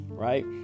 right